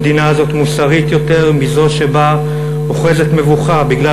המדינה הזאת מוסרית יותר מזו שבה אוחזת מבוכה בגלל